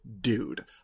dude